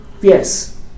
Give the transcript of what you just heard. Yes